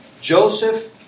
Joseph